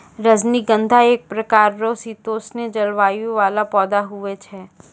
रजनीगंधा एक प्रकार रो शीतोष्ण जलवायु वाला पौधा हुवै छै